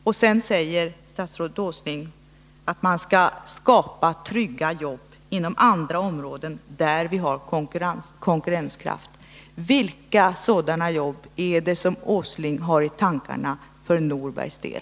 Och sedan säger statsrådet Åsling att man skall skapa trygga jobb inom andra områden, där vi har konkurrenskraft. Vilka sådana jobb är det som statsrådet Åsling har i tankarna för Norbergs del?